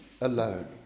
alone